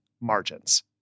margins